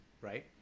Right